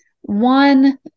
one